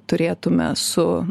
turėtume su